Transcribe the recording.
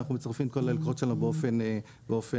אנחנו מצרפים את כל הלקוחות שלנו באופן שווה.